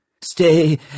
Stay